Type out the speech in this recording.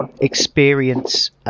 experience